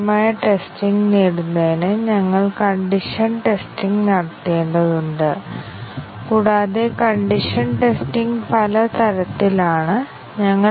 white box ടെസ്റ്റിംഗിനെക്കുറിച്ച് നിങ്ങൾക്ക് എന്തറിയാം വൈറ്റ് ബോക്സ് ടെസ്റ്റിംഗിന് കണ്ടെത്താൻ കഴിയാത്ത തരത്തിലുള്ള ഒരു ബോക്സ് നിങ്ങൾക്ക് നൽകാമോ ബ്ലാക്ക് ബോക്സ് പരിശോധനയിലൂടെ മാത്രമേ ഇത് കണ്ടെത്താനാകൂ